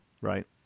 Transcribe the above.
right